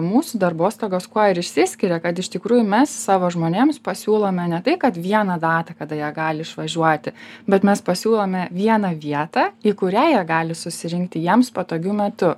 mūsų darbostogos kuo ir išsiskiria kad iš tikrųjų mes savo žmonėms pasiūlome ne tai kad vieną datą kada jie gali išvažiuoti bet mes pasiūlome vieną vietą į kurią jie gali susirinkti jiems patogiu metu